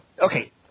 okay